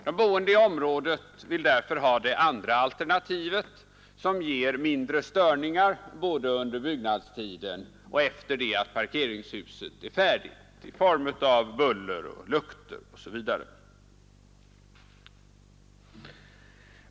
De boende i området vill därför ha det andra alternativet som ger mindre störningar i form av buller, lukter osv. både under byggnadstiden och efter att parkeringshuset är färdigt.